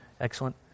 Excellent